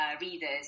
readers